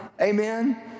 Amen